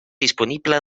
disponible